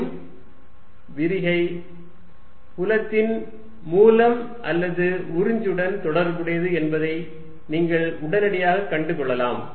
மேலும் விரிகை புலத்தின் மூலம் அல்லது உறிஞ்சுடன் தொடர்புடையது என்பதை நீங்கள் உடனடியாக கண்டு கொள்ளலாம்